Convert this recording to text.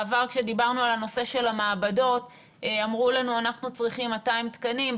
בעבר כשדיברנו על הנושא של המעבדות אמרו לנו שצריכים 200 תקנים,